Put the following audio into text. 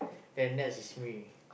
then next is me